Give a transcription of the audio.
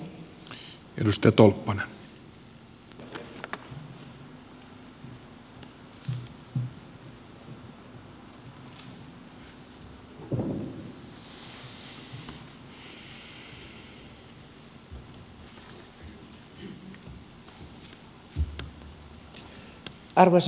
arvoisa puhemies